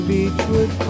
Beachwood